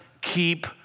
keep